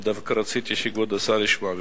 דווקא רציתי שכבוד השר ישמע.